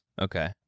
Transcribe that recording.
Okay